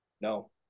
No